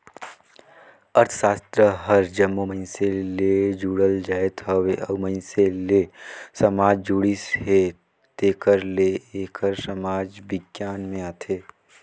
अर्थसास्त्र हर जम्मो मइनसे ले जुड़ल जाएत हवे अउ मइनसे ले समाज जुड़िस हे तेकर ले एहर समाज बिग्यान में आथे